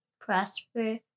Prosper